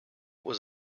was